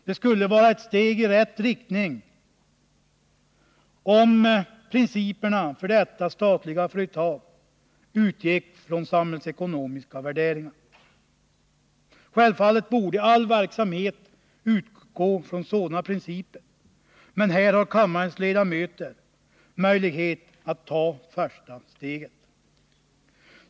Det skulle vara ett steg i rätt riktning, om principerna för detta statliga företag baserades på samhällsekonomiska värderingar. Självfallet borde all verksamhet grundas på sådana principer. Här har kammarens ledamöter möjlighet att ta det första steget.